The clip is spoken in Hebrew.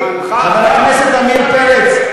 חבר הכנסת עמיר פרץ,